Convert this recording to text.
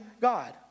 God